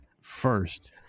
first